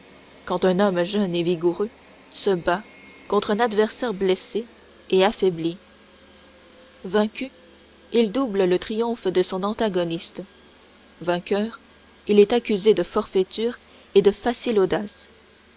quand un homme jeune et vigoureux se bat contre un adversaire blessé et affaibli vaincu il double le triomphe de son antagoniste vainqueur il est accusé de forfaiture et de facile audace